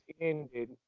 ended